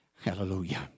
Hallelujah